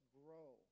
grow